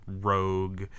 rogue